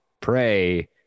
pray